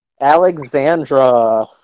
Alexandra